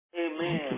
Amen